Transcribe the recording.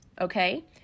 Okay